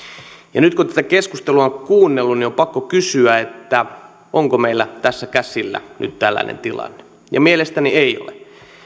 nyt kun tätä keskustelua on kuunnellut niin on pakko kysyä onko meillä tässä käsillä nyt tällainen tilanne mielestäni ei ole